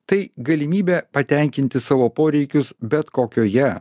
tai galimybė patenkinti savo poreikius bet kokioje